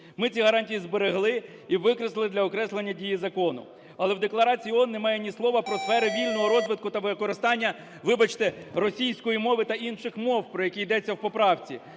Ми ці гарантії зберегли і викреслили для окреслення дії закону. Але в Декларації ООН немає ні слова про сфери вільного розвитку та використання, вибачте, російської мови та інших мов, про які йдеться у поправці.